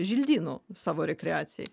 želdynų savo rekreacijai